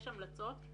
יש המלצות,